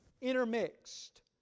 intermixed